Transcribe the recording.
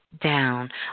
down